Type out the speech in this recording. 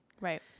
Right